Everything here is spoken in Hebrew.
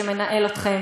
שמנהל אתכם,